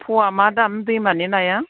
फवा मा दाम दैमानि नाया